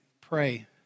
pray